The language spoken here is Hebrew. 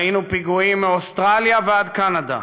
ראינו פיגועים מאוסטרליה ועד קנדה,